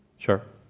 sure.